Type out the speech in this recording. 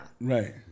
right